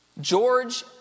George